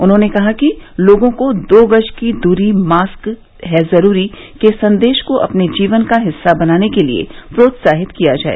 उन्होंने कहा कि लोगों को दो गज की दूरी मास्क है जरूरी के संदेश को अपने जीवन का हिस्सा बनाने के लिए प्रोत्साहित किया जाए